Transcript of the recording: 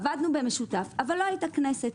עבדנו במשותף אך לא הייתה כנסת.